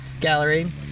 gallery